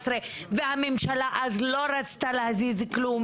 והממשלה אז לא רצתה להזיז כלום,